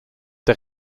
der